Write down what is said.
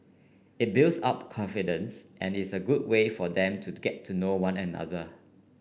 it builds up confidence and is a good way for them to get to know one another